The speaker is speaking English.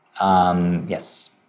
Yes